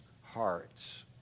hearts